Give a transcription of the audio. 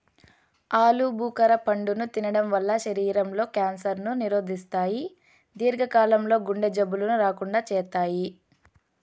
ఆలు భుఖర పండును తినడం వల్ల శరీరం లో క్యాన్సర్ ను నిరోధిస్తాయి, దీర్ఘ కాలం లో గుండె జబ్బులు రాకుండా చేత్తాయి